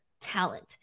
talent